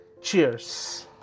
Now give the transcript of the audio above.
Cheers